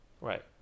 Right